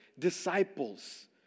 Disciples